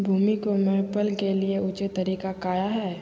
भूमि को मैपल के लिए ऊंचे तरीका काया है?